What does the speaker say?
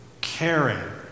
caring